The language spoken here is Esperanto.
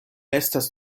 estas